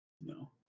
No